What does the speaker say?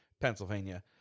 Pennsylvania